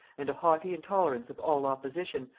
and a haughty intolerance of all opposition,